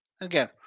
again